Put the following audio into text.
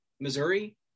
Missouri